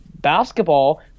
basketball